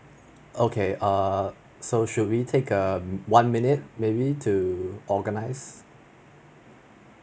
okay err so should we take um one minute maybe to organize